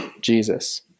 Jesus